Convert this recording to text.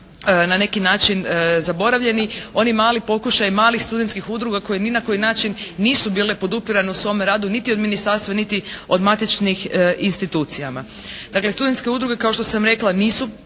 na neki način zaboravljeni. Oni mali pokušaji, malih studentskih udruga koje ni na koji način nisu bile podupirane u svome radu niti od Ministarstva niti od matičnih institucijama. Dakle studentske udruge kao što sam rekla nisu,